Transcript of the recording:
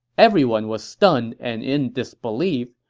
everyone was stunned and in disbelief,